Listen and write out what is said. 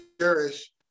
cherish